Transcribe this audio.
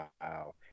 Wow